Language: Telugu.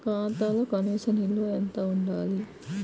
ఖాతాలో కనీస నిల్వ ఎంత ఉండాలి?